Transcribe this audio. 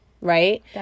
right